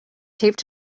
taped